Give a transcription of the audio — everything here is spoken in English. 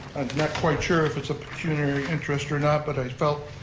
not quite sure if it's a pecuniary interest or not, but i felt,